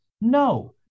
No